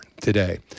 today